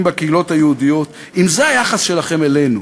בקהילות היהודיות: אם זה היחס שלכם אלינו,